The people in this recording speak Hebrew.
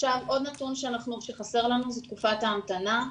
עוד נתון שחסר לנו זה תקופת ההמתנה.